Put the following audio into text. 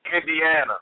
Indiana